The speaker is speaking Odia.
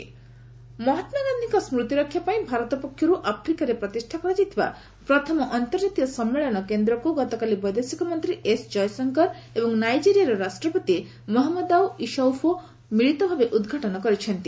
ଜୟଶଙ୍କର ଗାନ୍ଧି ମହାତ୍କାଗାନ୍ଧିଙ୍କ ସ୍କୁତିରକ୍ଷାପାଇଁ ଭାରତ ପକ୍ଷରୁ ଆଫ୍ରିକାରେ ପ୍ରତିଷ୍ଠା କରାଯାଇଥିବା ପ୍ରଥମ ଅନ୍ତର୍ଜାତୀୟ ସମ୍ମେଳନ କେନ୍ଦ୍ରକୁ ଗତକାଲି ବୈଦେଶିକ ମନ୍ତ୍ରୀ ଏସ୍ ଜୟଶଙ୍କର ଏବଂ ନାଇଜେରିଆର ରାଷ୍ଟ୍ରପତି ମହମ୍ମଦାଉ ଇସୌଫୋ ମିଳିତ ଭାବେ ଉଦ୍ଘାଟନ କରିଛନ୍ତି